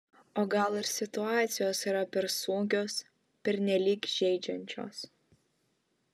o gal ir situacijos yra per sunkios pernelyg žeidžiančios